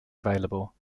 available